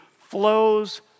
flows